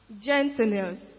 gentleness